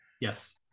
yes